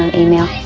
email,